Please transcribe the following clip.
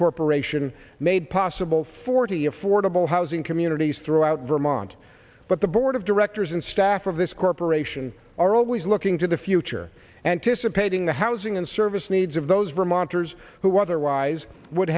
corporation made possible forty affordable housing communities throughout vermont but the board of directors and staff of this corporation are always looking to the future anticipating the housing and service needs of those vermonters who otherwise would